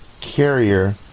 carrier